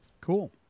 Cool